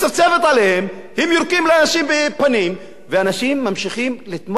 יורקים לאנשים בפנים ואנשים ממשיכים לתמוך בממשלה.